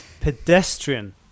pedestrian